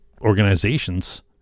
organizations